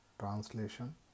Translation